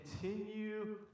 continue